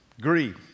greed